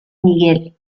miguel